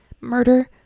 murder